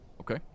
Okay